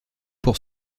pour